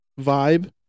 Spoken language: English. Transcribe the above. vibe